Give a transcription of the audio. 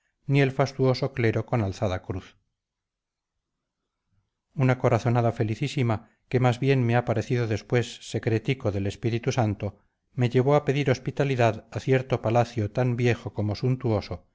ni el fastuoso clero con alzada cruz una corazonada felicísima que más bien me ha parecido después secretico del espíritu santo me llevó a pedir hospitalidad a cierto palacio tan viejo como suntuoso